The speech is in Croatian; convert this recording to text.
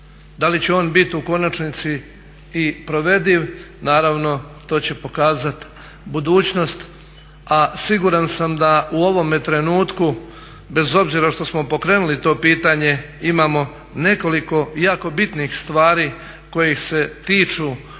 Da li će on biti u konačnici i provediv naravno to će pokazat budućnost, a siguran sam da u ovome trenutku bez obzira što smo pokrenuli to pitanje imamo nekoliko jako bitnih stvari kojih se tiču upravo